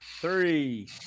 three